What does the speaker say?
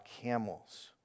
camels